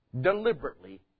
deliberately